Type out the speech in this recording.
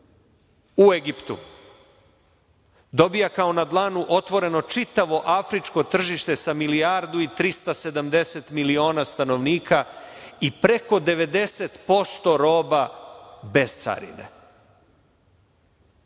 u Egiptu dobija kao na dlanu čitavo afričko tržište sa milijardu i 370 miliona stanovnika i preko 90% roba bez carine.